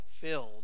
filled